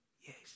yes